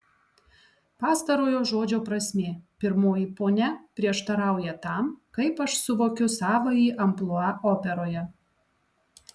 pastarojo žodžio prasmė pirmoji ponia prieštarauja tam kaip aš suvokiu savąjį amplua operoje